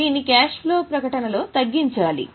దీన్ని cash flow ప్రకటనలో తగ్గించాలి